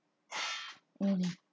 um